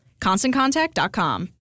ConstantContact.com